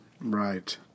Right